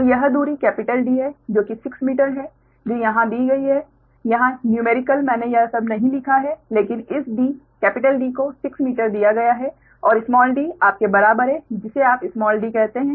तो यह दूरी D है जो कि 6 मीटर है जो यहां दी गई है यहाँ न्यूमेरिकल मैंने यह सब नहीं लिखा है लेकिन इस D को 6 मीटर दिया गया है और d आपके बराबर है जिसे आप d कहते हैं